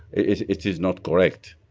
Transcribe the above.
it it is not correct.